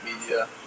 Media